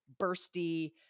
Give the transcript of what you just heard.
bursty